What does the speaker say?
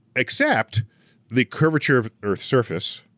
except the curvature of earth's surface,